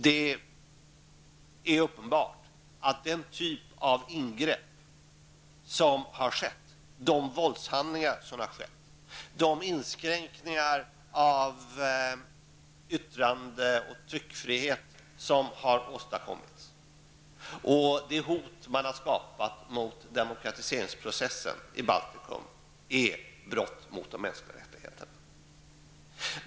Det är uppenbart att den typ av ingrepp -- de våldshandlingar -- som har skett, de inskränkningar i yttrande och tryckfrihet som har åstadkommits och det hot man har skapat mot demokratiseringsprocessen i Baltikum, är brott mot de mänskliga rättigheterna.